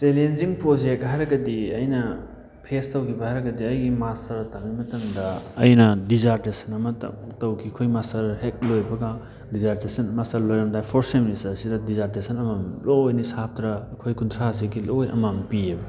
challenging project ꯍꯥꯏꯔꯒꯗꯤ ꯑꯩꯅ face ꯇꯧꯈꯤꯕ ꯍꯥꯏꯔꯒꯗꯤ ꯑꯩꯒꯤ ꯃꯥꯁꯇꯔ ꯇꯝꯃꯤ ꯃꯇꯝꯗ ꯑꯩꯅ ꯗꯤꯖꯥꯔꯇꯦꯁꯟ ꯑꯃ ꯇꯧꯈꯤ ꯑꯩꯈꯣꯏ ꯃꯥꯁꯇꯔ ꯍꯦꯛ ꯂꯣꯏꯕꯒ ꯗꯤꯖꯥꯔꯇꯦꯁꯟ ꯃꯥꯁꯇꯔ ꯂꯣꯏꯔꯝꯗꯥꯏ ꯐꯣꯔꯠ ꯁꯦꯃꯤꯁꯇꯔꯁꯤꯗ ꯗꯤꯖꯥꯔꯇꯦꯁꯟ ꯑꯃꯃꯝ ꯂꯣꯏꯅ ꯁꯥꯇ꯭ꯔ ꯑꯩꯈꯣꯏ ꯀꯨꯟꯊ꯭ꯔꯥꯁꯤꯒꯤ ꯂꯣꯏꯅ ꯑꯃꯃꯝ ꯄꯤꯑꯦꯕ